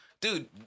Dude